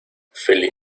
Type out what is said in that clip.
feliz